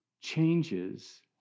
changes